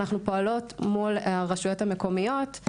אנחנו פועלות מול הרשויות המקומיות,